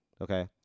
okay